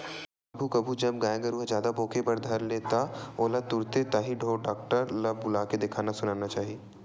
कभू कभू जब गाय गरु ह जादा पोके बर धर ले त ओला तुरते ताही ढोर डॉक्टर ल बुलाके देखाना सुनाना चाही